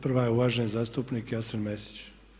Prva je uvaženi zastupnik Jasen Mesić.